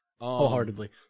Wholeheartedly